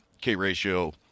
k-ratio